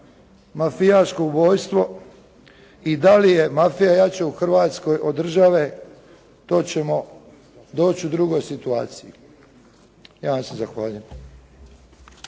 mafijaško ubojstvo i da li je mafija jača u Hrvatskoj od države, to ćemo doći u drugoj situaciji. Ja vam se zahvaljujem.